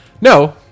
No